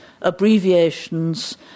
abbreviations